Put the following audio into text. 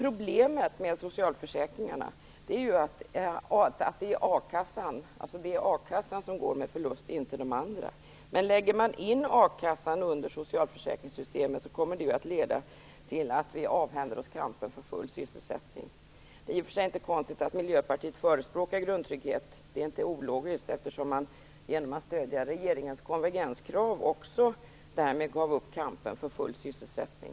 Problemet med socialförsäkringarna är att det är akassan som går med förlust, inte de andra. Men om man lägger in a-kassan under socialförsäkringssystemet kommer det ju att leda till att vi avhänder oss kampen mot full sysselsättning. Det är i och för sig inte konstigt eller ologiskt att Miljöpartiet förespråkar grundtrygghet, eftersom man genom att stödja regeringens konvergenskrav därmed också gav upp kampen för full sysselsättning.